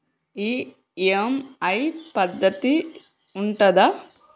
EMI పద్ధతి ఉంటదా?